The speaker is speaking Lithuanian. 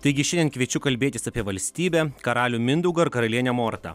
taigi šiandien kviečiu kalbėtis apie valstybę karalių mindaugą ir karalienę mortą